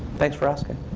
thanks for asking.